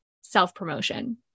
self-promotion